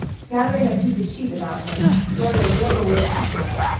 gathering a piece of sheet about her gloria dove away from sight,